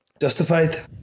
Justified